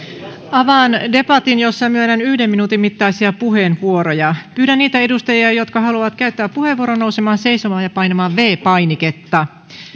avaan debatin jossa myönnän yhden minuutin mittaisia puheenvuoroja pyydän niitä edustajia jotka haluavat käyttää puheenvuoron nousemaan seisomaan ja painamaan viides painiketta